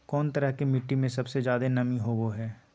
कौन तरह के मिट्टी में सबसे जादे नमी होबो हइ?